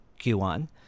Q1